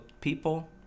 people